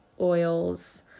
oils